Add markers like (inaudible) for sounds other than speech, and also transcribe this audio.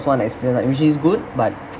one experience lah which is good but (noise)